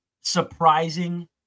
surprising